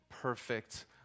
perfect